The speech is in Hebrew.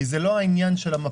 כי זה לא רק עניין המפה,